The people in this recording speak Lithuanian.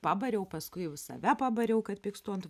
pabariau paskui jau save pabariau kad pykstu ant